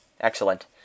Excellent